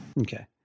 Okay